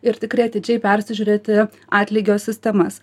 ir tikrai atidžiai persižiūrėti atlygio sistemas